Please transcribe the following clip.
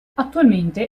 attualmente